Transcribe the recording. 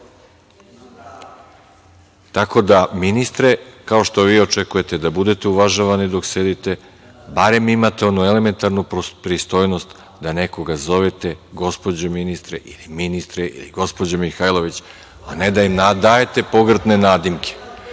Tako da, ministre, kao što vi očekujete da budete uvažavani dok sedite, barem imate onu elementarnu pristojnost da nekoga zovete gospođo ministre ili ministre ili gospođo Mihajlović, a ne da joj dajete pogrdne nadimke. Verujte,